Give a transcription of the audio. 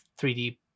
3D